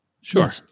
Sure